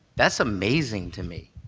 that's amazing to me.